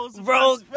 bro